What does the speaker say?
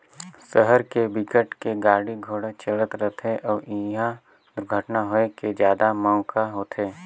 सहर के बिकट के गाड़ी घोड़ा चलत रथे अउ इहा दुरघटना होए के जादा मउका होथे